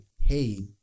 hey